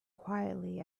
quietly